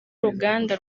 ruganda